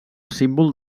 símbol